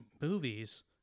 movies